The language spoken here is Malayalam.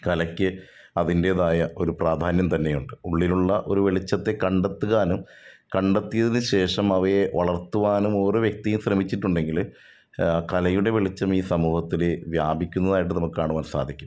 കലയ്ക്ക് അതിൻ്റെതായ ഒരു പ്രാധാന്യം തന്നെ ഉണ്ട് ഉള്ളിലുള്ള ഒരു വെളിച്ചത്തെ കണ്ടെത്തുകാനും കണ്ടെത്തിയതിന് ശേഷം അവയെ വളർത്തുവാനും ഓരോ വ്യക്തിയും ശ്രമിച്ചിട്ടുണ്ടെങ്കില് കലയുടെ വെളിച്ചം ഈ സമൂഹത്തില് വ്യാപിക്കുന്നതായിട്ട് നമുക്ക് കാണുവാൻ സാധിക്കും